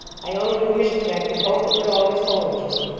i only wish that i could hope it would always hold you.